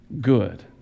good